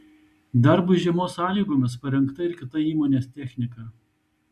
darbui žiemos sąlygomis parengta ir kita įmonės technika